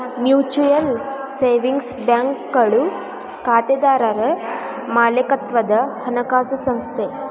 mutual savings ಬ್ಯಾಂಕ್ಗಳು ಖಾತೆದಾರರ್ ಮಾಲೇಕತ್ವದ ಹಣಕಾಸು ಸಂಸ್ಥೆ